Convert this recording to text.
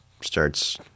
starts